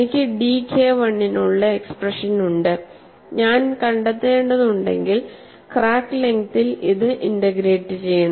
എനിക്ക് dK I നുള്ള expressions ഉണ്ട് ഞാൻ കണ്ടെത്തേണ്ടതുണ്ടെങ്കിൽ ക്രാക്ക് ലെങ്ങ്തിൽ ഇത് ഇന്റഗ്രേറ്റ് ചെയ്യണം